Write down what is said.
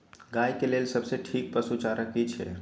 गाय के लेल सबसे ठीक पसु चारा की छै?